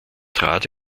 trat